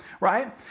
right